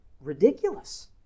ridiculous